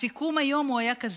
הסיכום היום היה כזה: